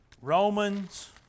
Romans